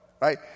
right